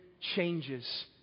changes